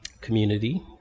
community